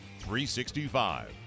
365